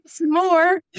More